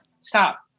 stop